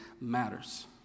matters